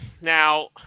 Now